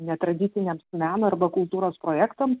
netradiciniams meno arba kultūros projektam